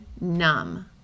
numb